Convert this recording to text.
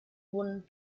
won